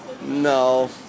No